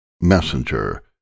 messenger